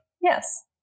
Yes